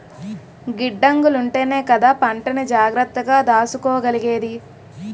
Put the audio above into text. గిడ్డంగులుంటేనే కదా పంటని జాగ్రత్తగా దాసుకోగలిగేది?